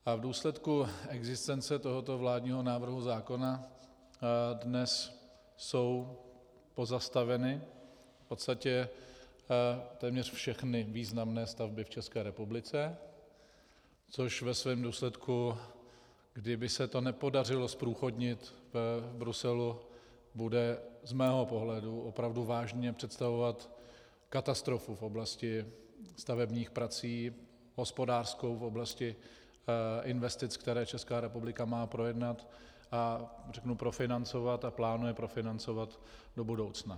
V důsledku existence tohoto vládního návrhu zákona dnes jsou pozastaveny v podstatě téměř všechny významné stavby v České republice, což ve svém důsledku, kdyby se to nepodařilo zprůchodnit v Bruselu, bude z mého pohledu opravdu vážně představovat katastrofu v oblasti stavebních prací, hospodářskou v oblasti investic, které Česká republika má projednat, řeknu profinancovat a plánuje profinancovat do budoucna.